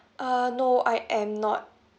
uh no I am not